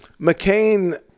McCain